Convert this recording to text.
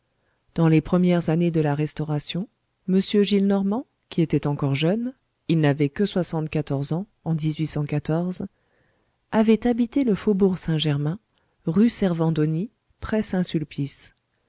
dans les premières années de la restauration m gillenormand qui était encore jeune il n'avait que soixante-quatorze ans en avait habité le faubourg saint-germain rue servandoni près